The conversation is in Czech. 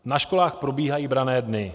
Na školách probíhají branné dny.